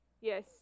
yes